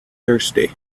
thirsty